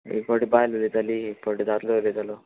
एक पावटी बायल उलयताली एक पावटी दादलो उलयतालो